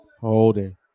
Holding